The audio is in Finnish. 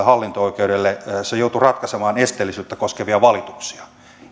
hallinto oikeus joutui ratkaisemaan esteellisyyttä koskevia valituksia